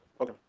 okay